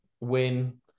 win